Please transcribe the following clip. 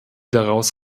daraus